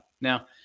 Now